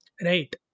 Right